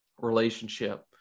relationship